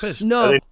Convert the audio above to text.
No